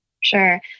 Sure